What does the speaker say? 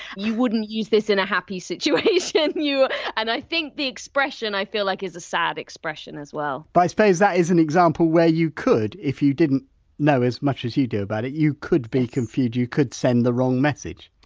you wouldn't use this in a happy situation. and i think the expression, i feel like, is a sad expression as well. whitebut but i suppose that is an example where you could if you didn't know as much as you do about it you could be confused, you could send the wrong message.